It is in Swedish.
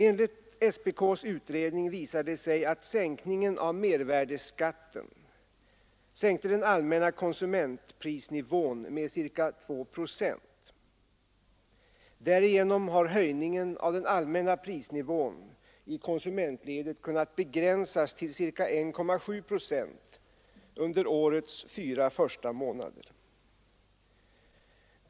Enligt SPK:s utredning har sänkningen av mervärdeskatten hållit tillbaka den allmänna konsumentprisnivån med ca 2 procent. Därigenom har höjningen av den allmänna prisnivån i konsumentledet kunnat begränsas till ca 1,7 procent under årets fyra första månader.